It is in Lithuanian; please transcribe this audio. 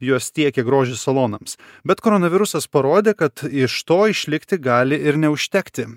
juos tiekė grožio salonams bet koronavirusas parodė kad iš to išlikti gali ir neužtekti